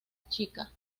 chica